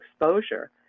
exposure